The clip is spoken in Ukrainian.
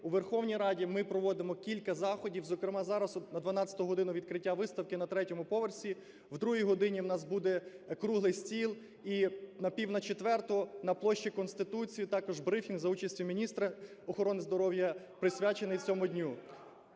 У Верховній Раді ми проводимо кілька заходів, зокрема, зараз, на 12 годину відкриття виставки на третьому поверсі. О другій годині в нас буде круглий стіл, і на пів на четверту на площі Конституції також брифінг за участі міністра охорони здоров'я, присвячений цьому дню.